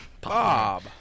Bob